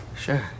Sure